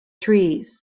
trees